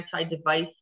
anti-device